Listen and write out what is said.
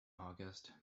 august